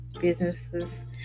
businesses